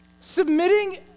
Submitting